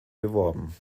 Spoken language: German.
beworben